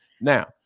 Now